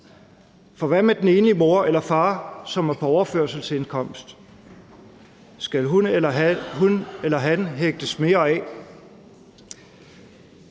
Hvad med den enlige mor eller far, der er på overførselsindkomst? Skal hun eller han hægtes mere af?